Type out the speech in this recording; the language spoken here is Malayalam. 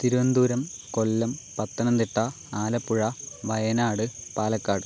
തിരുവനന്തപുരം കൊല്ലം പത്തനംതിട്ട ആലപ്പുഴ വയനാട് പാലക്കാട്